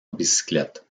bicyclette